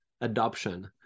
adoption